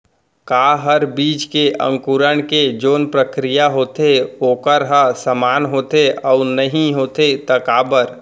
का हर बीज के अंकुरण के जोन प्रक्रिया होथे वोकर ह समान होथे, अऊ नहीं होथे ता काबर?